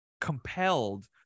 compelled